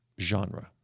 genre